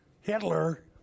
Hitler